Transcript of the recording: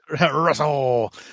Russell